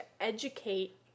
educate